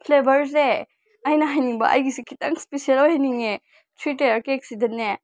ꯐ꯭ꯂꯦꯕꯔꯁꯦ ꯑꯩꯅ ꯍꯥꯏꯅꯤꯡꯕ ꯑꯩꯒꯤꯁꯦ ꯈꯤꯇꯪ ꯏꯁꯄꯤꯁꯦꯜ ꯑꯣꯏꯍꯟꯅꯤꯡꯉꯦ ꯊ꯭ꯔꯤ ꯇꯌꯥꯔ ꯀꯦꯛꯁꯤꯗꯅꯦ